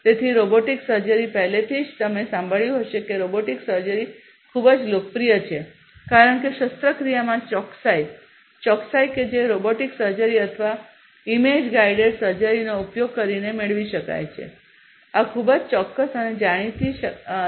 તેથી robotic surgery પહેલેથી જ તમે સાંભળ્યું હશે કે રોબોટિક સર્જરી ખૂબ જ લોકપ્રિય છે કારણ કે શસ્ત્રક્રિયામાં ચોકસાઇ ચોકસાઇ કે જે રોબોટિક સર્જરી અથવા ઇમેજ ગાઇડ સર્જરીનો ઉપયોગ કરીને મેળવી શકાય છે આ ખૂબ જ ચોક્કસ અને જાણીતી છે